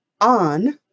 on